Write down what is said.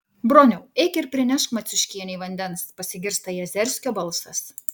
broniau eik ir prinešk marciuškienei vandens pasigirsta jazerskio balsas